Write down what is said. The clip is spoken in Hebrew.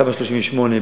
תמ"א 38,